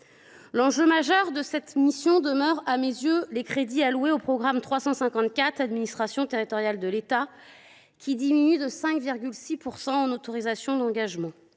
L’enjeu majeur de cette mission demeure, à mes yeux, le montant des crédits alloués au programme 354 « Administration territoriale de l’État »; ils diminuent de 5,6 % en autorisations d’engagement.